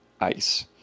ice